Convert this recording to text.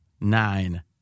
Nine